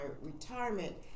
retirement